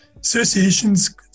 associations